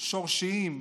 שורשיים,